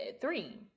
three